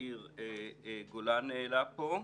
שיאיר גולן העלה פה,